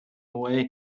way